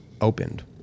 opened